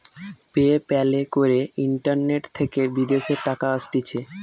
pay প্যালে করে internet থেকে বিদেশের টাকা আসতিছে